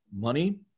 money